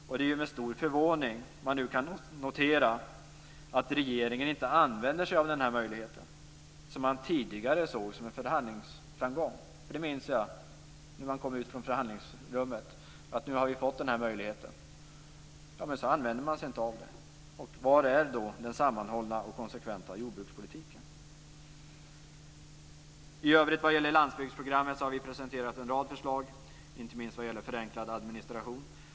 Och det är med stor förvåning som jag nu kan notera att regeringen inte använder sig av denna möjlighet som man tidigare såg som en förhandlingsframgång. Jag minns när man kom ut från förhandlingsrummet och hade fått denna möjlighet. Men sedan använder man sig inte av den. Var är då den sammanhållna och konsekventa jordbrukspolitiken? I övrigt vad gäller landsbygdsprogrammet har vi presenterat en rad förslag, inte minst vad gäller förenklad administration.